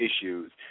issues